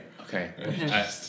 Okay